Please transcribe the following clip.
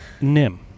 Nim